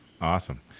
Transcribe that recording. Awesome